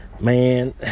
man